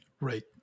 Right